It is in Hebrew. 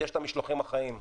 יש את המשלוחים החיים.